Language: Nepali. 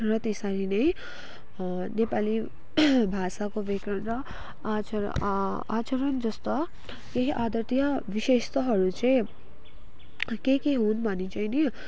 र त्यसरी नै नेपाली भाषाको व्याकरण र आचर आचरण जस्ता केही आदतीय विशेषताहरू चाहिँ के के हुन् भने चाहिँ नि